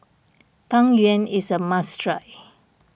Tang Yuen is a must try